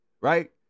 right